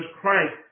Christ